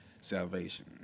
salvation